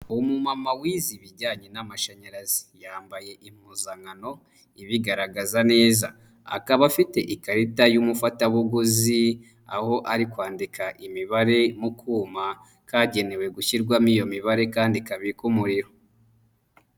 Umumama wize ibijyanye n'amashanyarazi. Yambaye impuzankano ibigaragaza neza. Akaba afite ikarita y'umufatabuguzi aho ari kwandika imibare mu kuma kagenewe gushyirwamo iyo mibare kandi kabika umuriro.